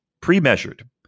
pre-measured